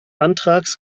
antrags